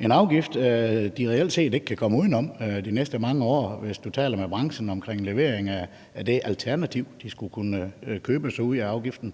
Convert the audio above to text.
en afgift, de reelt set ikke kan komme uden om de næste mange år. Det kan du høre, hvis du taler med branchen omkring levering af det alternativ, hvor de skulle kunne købe sig ud af afgiften.